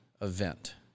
event